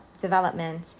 development